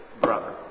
brother